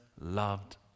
Loved